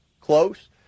close